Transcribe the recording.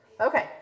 Okay